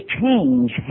change